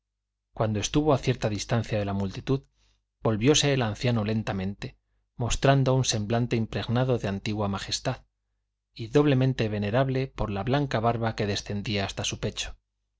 cuando estuvo a cierta distancia de la multitud volvióse el anciano lentamente mostrando un semblante impregnado de antigua majestad y doblemente venerable por la blanca barba que descendía hasta su pecho